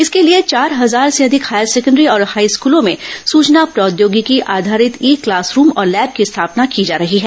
इसके लिए चार हजार से अधिक हायर सेकेण्डरी और हाई स्कूलों में सूचना प्रौद्योगिकी आधारित ई क्लास रूम और लैब की स्थापना की जा रही है